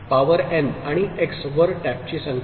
power n आणि x वर टॅपची संख्या